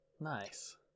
Nice